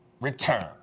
return